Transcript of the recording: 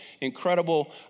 incredible